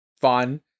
fun